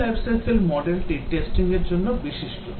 V life cycle model টি testing এর জন্য বিশিষ্ট